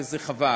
וזה חבל.